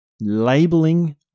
labeling